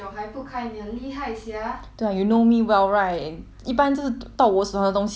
对 uh you know me well right 一般就是到我手上的东西我会 that day 我就会开 liao